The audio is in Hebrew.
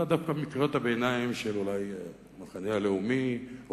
אלא דווקא מקריאות הביניים של המחנה הלאומי או